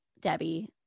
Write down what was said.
Debbie